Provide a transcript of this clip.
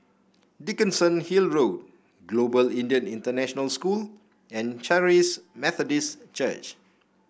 Dickenson Hill Road Global Indian International School and Charis Methodist Church